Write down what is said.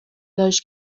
داشت